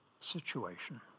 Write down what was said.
situation